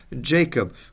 Jacob